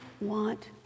want